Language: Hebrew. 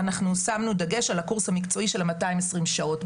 אנחנו שמים דגש על הקורס המקצועי של 220 שעות.